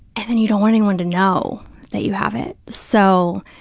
and then you don't want anyone to know that you have it. so,